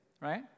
right